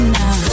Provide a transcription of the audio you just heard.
now